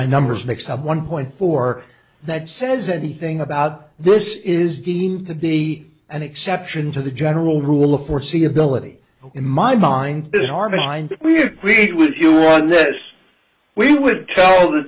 my numbers mixed up one point four that says anything about this is deemed to be an exception to the general rule of foreseeability in my mind and in our mind we agreed with you on this we would tell the